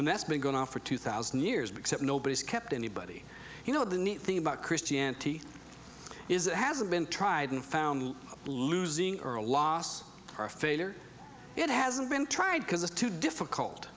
and that's been going on for two thousand years because nobody's kept anybody you know the neat thing about christianity is it hasn't been tried and found losing or a loss or a failure it hasn't been tried because it's too difficult